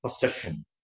possession